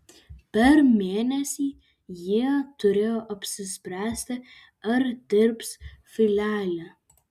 per mėnesį jie turėjo apsispręsti ar dirbs filiale